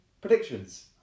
predictions